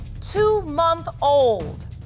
two-month-old